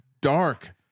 dark